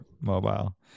mobile